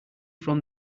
from